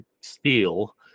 steal